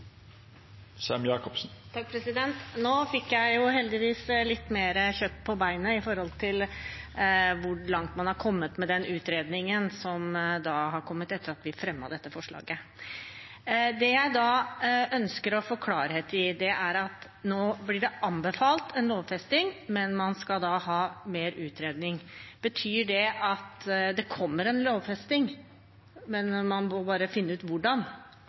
Nå fikk jeg heldigvis litt mer kjøtt på beinet når det gjelder hvor langt man har kommet med den utredningen som har kommet etter at vi fremmet dette forslaget. Det jeg da ønsker å få klarhet i, er: Nå blir det anbefalt en lovfesting, men man skal ha mer utredning. Betyr det at det kommer en lovfesting, men at man må finne ut hvordan